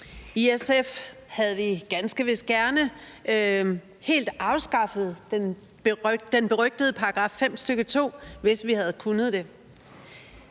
I SF havde vi ganske vist gerne helt afskaffet den berygtede § 5, stk. 2, hvis vi havde kunnet det.